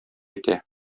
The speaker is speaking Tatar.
итә